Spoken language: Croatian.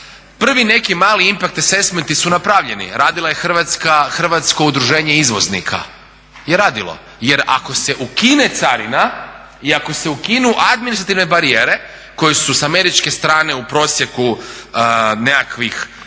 /Govornik govori engleski./ … su napravljeni, radila je Hrvatsko udruženje izvoznika je radilo jer ako se ukine carina i ako se ukinu administrativne barijere koje su sa američke strane u prosjeku nekakvih